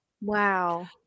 wow